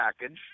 package